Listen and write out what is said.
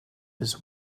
his